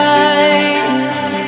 eyes